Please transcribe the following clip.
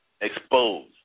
exposed